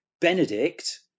Benedict